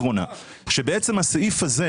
שתיים מתוכן יכולות למכור לכולן, ואחת, כאל,